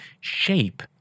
shape